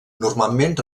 normalment